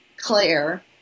Claire